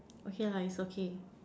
okay lah is okay